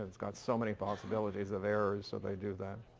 it's got so many possibilities of errors so they do that.